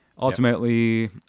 ultimately